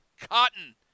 Cotton